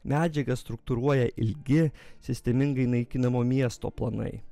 medžiagą struktūruoja ilgi sistemingai naikinama miesto planai